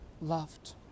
loved